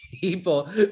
people